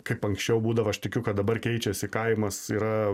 kaip anksčiau būdava aš tikiu kad dabar keičiasi kaimas yra